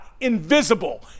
invisible